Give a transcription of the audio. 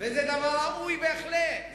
וזה דבר ראוי בהחלט.